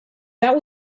that